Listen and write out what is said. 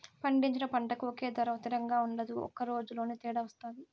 పండించిన పంటకు ఒకే ధర తిరంగా ఉండదు ఒక రోజులోనే తేడా వత్తాయి